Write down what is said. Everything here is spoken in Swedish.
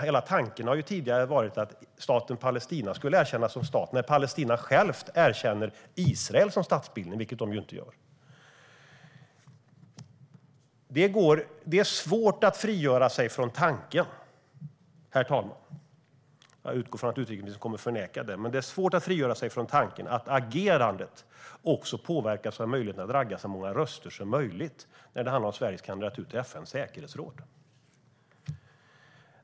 Hela tanken har ju tidigare varit att staten Palestina skulle erkännas som stat när Palestina självt erkänner Israel som statsbildning, vilket de ju inte gör. Jag utgår från att utrikesministern kommer att förneka det här, men det är svårt att frigöra sig från tanken, herr talman, att agerandet också påverkas av möjligheten att ragga så många röster som möjligt när det handlar om Sveriges kandidatur till FN:s säkerhetsråd.